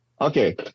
Okay